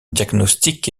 diagnostic